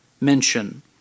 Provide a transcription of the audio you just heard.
mention